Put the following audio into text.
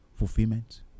Fulfillment